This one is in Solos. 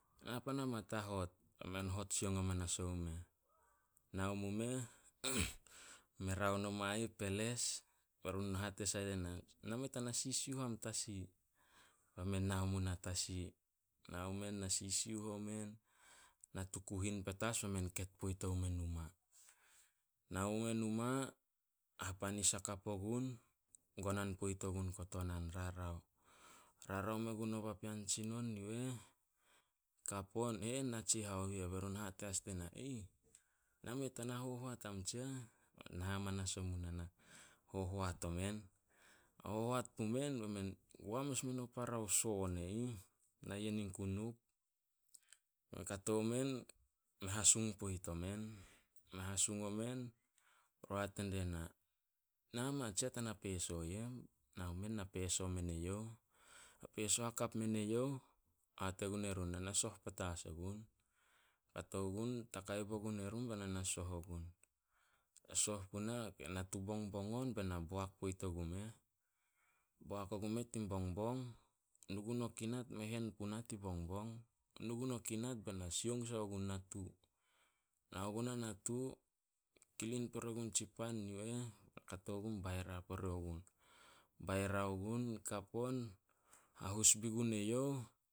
Na pan ama tahot." Be men hot sioung hamanas omumeh. Nao mumeh, me raon oma ih peles, be run hate sai die na. "Nameh tana sisiuh am tasi." Bai men nao mu nah tasi. Nao men na sisiuh omen, natu kuhin petas bai men ket poit omen numa. Nao mumeh numa, hapanis hakap ogun, gonan poit o gun kotohan, rarao. Rarao men gun o papean tsinon yu eh, e eh natsihao yu eh be run hate as die na, "Name tana hohoat am tsiah." Na hamanas omu nah, na hohoat omen. Na hohoat pumen be men goa mes men parao soon e ih, na yen in kunup. Kato men me hasung poat omen. Me hasung omen be run hate die na, "Nama tsiah tana peso yem." Nao men na peso men eyouh. Peso hakap men eyouh, hate gun erun, "Na na soh petas ogun." Kato gun takai bo gun erun ba na na soh ogun. Natu bongbong on be na boak poit ogumeh. Boak ogumeh tin bongbong, nu gun o kinat, mei hen puna tin bongbong. Nu gun o kinat be na sioung sai gun natu. Nao gunah natu, kilin pore gun tsi pan yu eh, kato gun baira pore gun. Baira gun, kap on, hahus bi gun eyouh